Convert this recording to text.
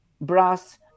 brass